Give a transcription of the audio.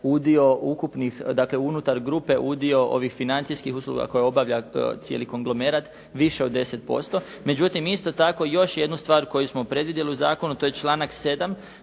udio ukupnih, dakle unutar grupe udio financijskih usluga koje obavlja cijeli konglomerat, više od 10% Međutim, isto tako još jednu stvar koju smo predvidjeli u zakonu a to je članak 7.